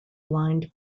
blind